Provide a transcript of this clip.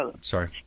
Sorry